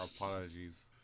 Apologies